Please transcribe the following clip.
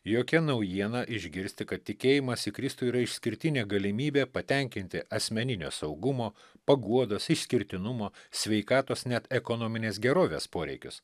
jokia naujiena išgirsti kad tikėjimas į kristų yra išskirtinė galimybė patenkinti asmeninio saugumo paguodos išskirtinumo sveikatos net ekonominės gerovės poreikius